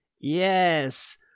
Yes